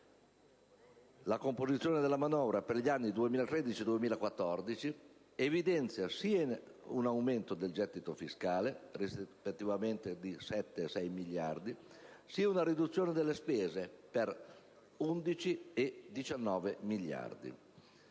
La composizione della manovra per gli anni 2013 e 2014 evidenzia sia un aumento netto del gettito fiscale, rispettivamente di 7 e 6,6 miliardi, sia una riduzione netta delle spese per circa 11 e 19 miliardi.